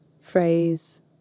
phrase